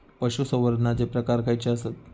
पशुसंवर्धनाचे प्रकार खयचे आसत?